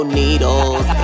needles